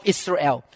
Israel